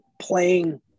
playing